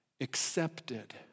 accepted